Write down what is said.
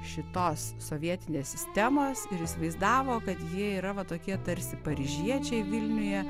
šitos sovietinės sistemos ir įsivaizdavo kad jie yra va tokie tarsi paryžiečiai vilniuje